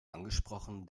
angesprochen